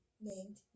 named